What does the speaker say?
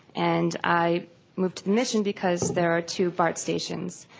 and i moved to the mission because there are two bart stations.